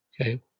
Okay